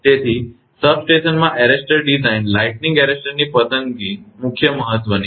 તેથી સબસ્ટ્રેશનમાં arrester design lightning એરેસ્ટરની પસંદગી મુખ્ય મહત્વની છે